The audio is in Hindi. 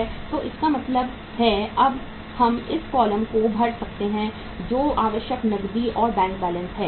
तो इसका मतलब है अब हम इस कॉलम को भर सकते हैं जो आवश्यक नकदी और बैंक बैलेंस है